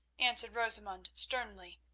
answered rosamund sternly,